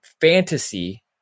fantasy